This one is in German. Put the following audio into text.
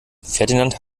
ferdinand